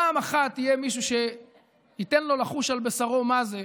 פעם אחת יהיה מישהו שייתן לו לחוש על בשרו מה זה.